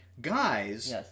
guys